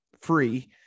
free